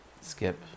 Skip